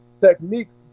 techniques